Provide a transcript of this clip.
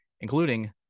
including